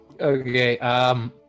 Okay